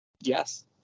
Yes